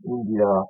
India